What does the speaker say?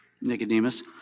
Nicodemus